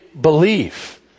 believe